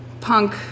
punk